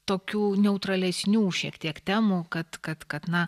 tokių neutralesnių šiek tiek temų kad kad kad na